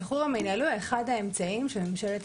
השחרור המנהלי הוא אחד האמצעים שממשלת